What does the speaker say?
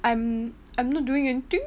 I'm I'm not doing it